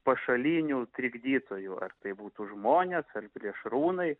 pašalinių trikdytojų ar tai būtų žmonės ar plėšrūnai